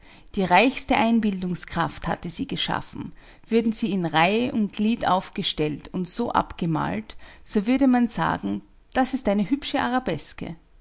die reichste einbildungskraft hatte sie geschaffen würden sie in reihe und glied aufgestellt und so abgemalt so würde man sagen das ist eine hübsche arabeske